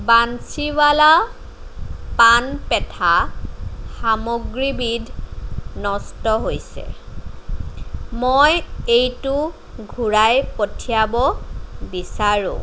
বান্সীৱালা পান পেথা সামগ্ৰীবিধ নষ্ট হৈছে মই এইটো ঘূৰাই পঠিয়াব বিচাৰোঁ